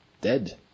dead